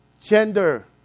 gender